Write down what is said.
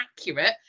accurate